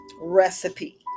recipe